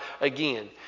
again